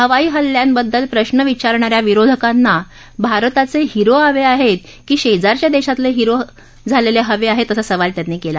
हवाई हल्ल्यांबद्दल प्रश्न विचारणा या विरोधकांना भारताचे हिरो हवे आहेत की शेजारच्या देशातील हिरो झालेले हवे आहेत असा सवाल केला